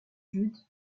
jude